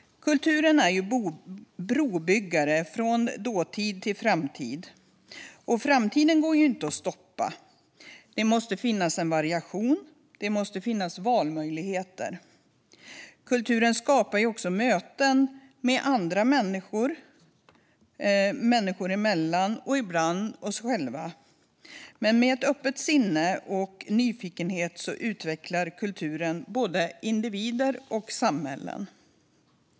Kulturen är brobyggare från dåtid till framtid, och framtiden går inte att stoppa. Det måste finnas variation, och det måste finnas valmöjligheter. Kulturen skapar också möten med och mellan andra människor och ibland med oss själva. Möts den med ett öppet sinne och nyfikenhet utvecklar kulturen både individer och samhällen.